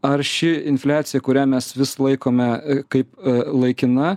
ar ši infliacija kurią mes vis laikome kaip laikina